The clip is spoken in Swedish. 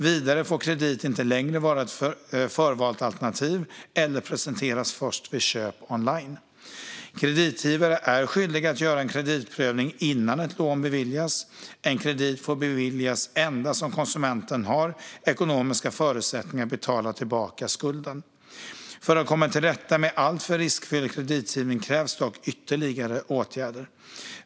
Vidare får kredit inte längre vara ett förvalt alternativ, eller presenteras först, vid köp online. Kreditgivare är skyldiga att göra en kreditprövning innan ett lån beviljas. En kredit får beviljas endast om konsumenten har ekonomiska förutsättningar att betala tillbaka skulden. För att komma till rätta med alltför riskfylld kreditgivning krävs dock ytterligare åtgärder.